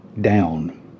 down